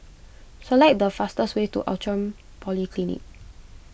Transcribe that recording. select the fastest way to Outram Polyclinic